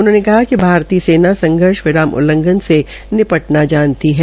उन्होंने कहा कि भारतीय सेना संघर्ष उल्लघंन से निपटना जानती है